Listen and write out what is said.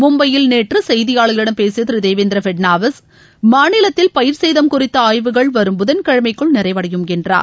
மும்பையில் நேற்று செய்தியாளர்களிடம் பேசிய திரு தேவேந்திர பட்னாவிஸ் மாநிலத்தில் பயிர் சேதம் குறித்த ஆய்வுகள் வரும் புதன் கிழமைக்குள் நிறைவடையும் என்றார்